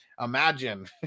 imagine